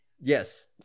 Yes